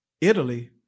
Italy